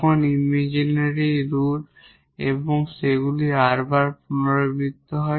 তখন imaginary root এবং সেগুলি 𝑟 বার রিপিটেড হয়